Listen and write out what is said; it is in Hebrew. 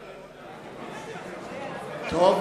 טוב,